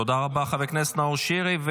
תודה רבה, חבר כנסת נאור שירי.